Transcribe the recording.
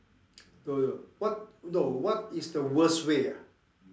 no no no what no what is the worst way ah